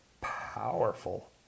powerful